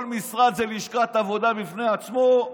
כל משרד הוא לשכת עבודה בפני עצמו,